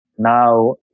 Now